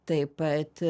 taip pat